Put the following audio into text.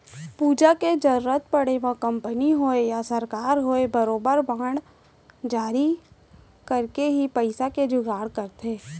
पूंजी के जरुरत पड़े म कंपनी होवय या सरकार होवय बरोबर बांड जारी करके ही पइसा के जुगाड़ करथे